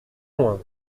loin